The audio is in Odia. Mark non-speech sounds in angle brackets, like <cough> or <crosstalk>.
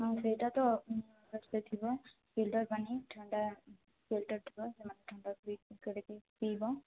ହଁ ସେଇଟା ତ ଫାର୍ଷ୍ଟରେ ଥିବ ଫିଲଟର୍ ପାଣି ଥଣ୍ଡା ଫିଲଟର୍ ଥିବ ସେମାନେ ଥଣ୍ଡା <unintelligible> ପିଇବ